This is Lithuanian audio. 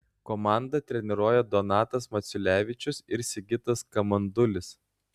komandą treniruoja donatas maciulevičius ir sigitas kamandulis